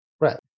Right